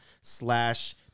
slash